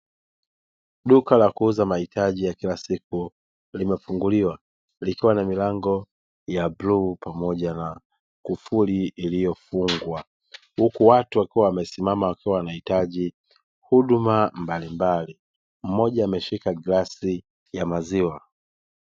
Duka la kuuza mahitaji ya kila siku limefunguliwa likiwa na milango ya bluu pamoja na kufuli iliyofungwa huku watu wakiwa wamesimama wakiwa wanahitaji huduma mbalimbali mmoja ameshika glasi ya maziwa.